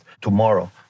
tomorrow